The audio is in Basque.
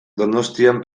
donostian